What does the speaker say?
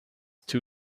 two